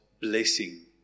blessing